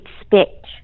expect